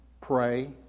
pray